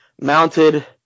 mounted